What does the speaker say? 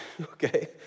okay